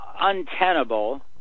untenable